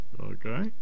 Okay